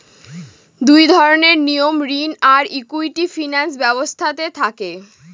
দুই ধরনের নিয়ম ঋণ আর ইকুইটি ফিনান্স ব্যবস্থাতে থাকে